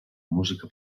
música